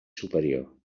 superior